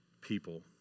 people